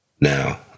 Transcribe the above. now